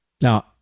Now